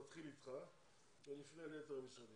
נתחיל איתך ונפנה ליתר המשרדים.